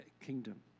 kingdom